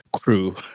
crew